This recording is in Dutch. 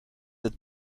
het